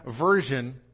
version